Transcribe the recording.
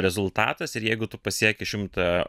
rezultatas ir jeigu tu pasieki šimtą